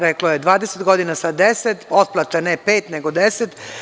Reklo je 20 godina sa 10, otplata je ne pet nego 10.